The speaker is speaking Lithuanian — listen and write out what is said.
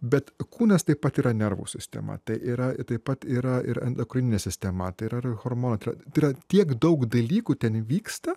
bet kūnas taip pat yra nervų sistema tai yra taip pat yra ir endokrininė sistema tai yra ir hormonai tai yra tiek daug dalykų ten vyksta